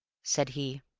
said he.